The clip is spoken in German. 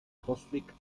postweg